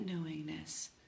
knowingness